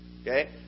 Okay